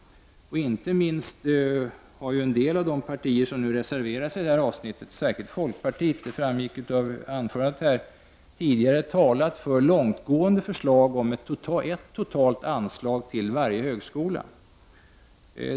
Inte minst från ett par av de partier som här har reserverat sig — och jag tänker då särskilt på folkpartiet — har man talat för långtgående förslag om ett totalt anslag för varje högskola.